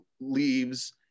leaves